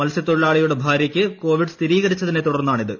മത്സ്യത്തൊഴിലാളിയുടെ ഭാര്യയ്ക്ക് കോവിഡ് സ്ഥിരീകരിച്ചതിനെ തുടർന്നാണിത്